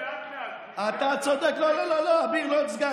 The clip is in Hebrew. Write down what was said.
לא לא, אתה צודק.